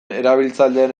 erabiltzaileen